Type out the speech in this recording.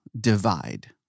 divide